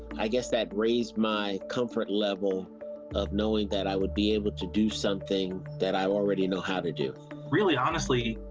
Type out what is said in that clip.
i guess that raised my comfort level of knowing that i would be able to do something that i already know how to do. really, honestly,